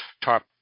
top